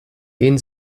gehen